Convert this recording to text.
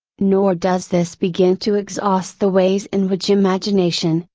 nor does this begin to exhaust the ways in which imagination,